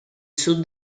sud